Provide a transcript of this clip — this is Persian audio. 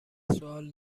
سوال